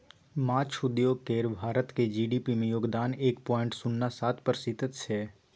माछ उद्योग केर भारतक जी.डी.पी मे योगदान एक पॉइंट शुन्ना सात प्रतिशत छै